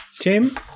Tim